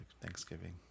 Thanksgiving